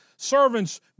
Servants